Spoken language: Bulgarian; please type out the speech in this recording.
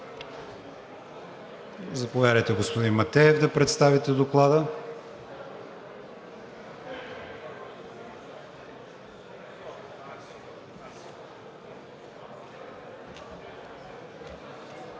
Заповядайте, господин Матеев, да представите Доклада.